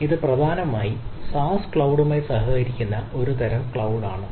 ഇത് പ്രാഥമികമായി SaaS ക്ളൌഡ്മായി സഹകരിക്കുന്ന ഒരു തരം ക്ളൌഡ് ആണ്